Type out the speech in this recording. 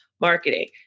marketing